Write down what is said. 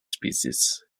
species